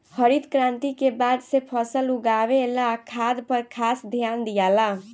हरित क्रांति के बाद से फसल उगावे ला खाद पर खास ध्यान दियाला